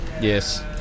Yes